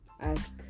ask